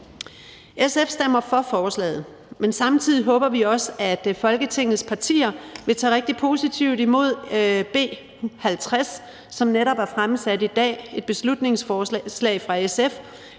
SF stemmer for lovforslaget, men samtidig håber vi også, at Folketingets partier vil tage rigtig positivt imod B 50, som netop er fremsat i dag. Det er et beslutningsforslag fra SF,